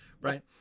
Right